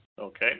Okay